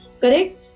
Correct